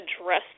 address